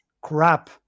crap